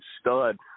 stud